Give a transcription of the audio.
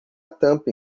tampa